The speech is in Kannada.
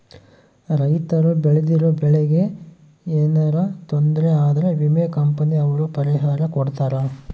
ರೈತರು ಬೆಳ್ದಿರೋ ಬೆಳೆ ಗೆ ಯೆನರ ತೊಂದರೆ ಆದ್ರ ವಿಮೆ ಕಂಪನಿ ಅವ್ರು ಪರಿಹಾರ ಕೊಡ್ತಾರ